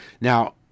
Now